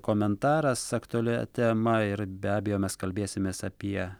komentaras aktualia tema ir be abejo mes kalbėsimės apie